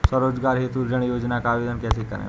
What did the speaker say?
स्वरोजगार हेतु ऋण योजना का आवेदन कैसे करें?